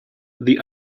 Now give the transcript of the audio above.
the